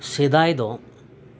ᱥᱮᱫᱟᱭ ᱫᱚ